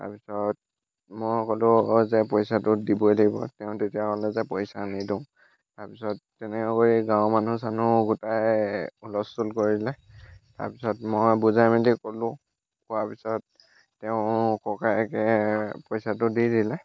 তাৰপিছত মই ক'লোঁ যে পইচাটো দিবই লাগিব তেওঁ তেতিয়া ক'লে যে পইচা নিদিওঁ তাৰপিছত তেনেকৈ কৰি গাঁৱৰ মানুহ চানুহ গোটাই হুলস্থূল কৰিলে তাৰপিছত মই বুজাই মেলি ক'লোঁ কোৱাৰ পিছত তেওঁৰ ককায়েকে পইচাটো দি দিলে